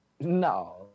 No